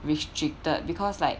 which cheated because like